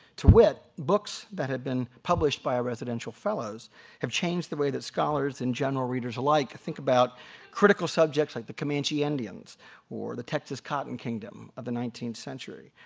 to wit, books that had been published by residential fellows have changed the way that scholars and readers alike think about critical subjects like the comanche indians or the texas cotton kingdom of the nineteenth century.